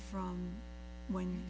from when